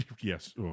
yes